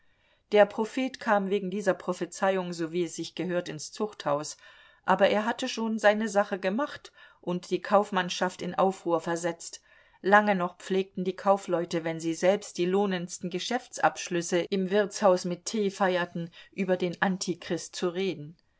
der prophet kam wegen dieser prophezeiung so wie es sich gehört ins zuchthaus aber er hatte schon seine sache gemacht und die kaufmannschaft in aufruhr versetzt lange noch pflegten die kaufleute wenn sie selbst die lohnendsten geschäftsabschlüsse im wirtshaus mit tee feierten über den antichrist zu reden